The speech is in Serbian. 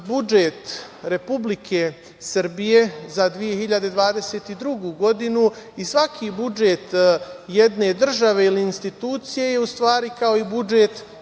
budžet Republike Srbije za 2022. godinu i svaki budžet jedne države ili institucije je u stvari kao i budžet